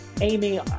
Amy